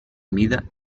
mida